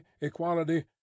Equality